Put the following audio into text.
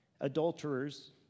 adulterers